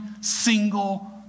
single